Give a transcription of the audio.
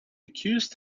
accused